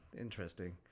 interesting